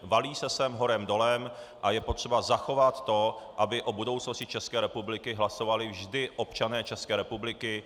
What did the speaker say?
Valí se sem horem dolem a je potřeba zachovat to, aby o budoucnosti České republiky hlasovali vždy občané České republiky.